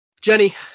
Jenny